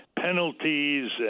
penalties